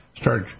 start